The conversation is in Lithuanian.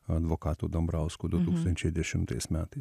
advokatu dambrausku du tūkstančiai dešimtais metais